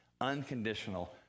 unconditional